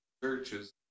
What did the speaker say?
churches